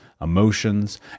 emotions